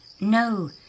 no